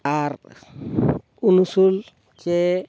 ᱟᱨ ᱩᱱᱩᱥᱩᱞ ᱥᱮ